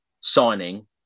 signing